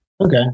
Okay